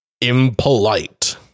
impolite